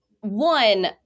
One